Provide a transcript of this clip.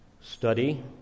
study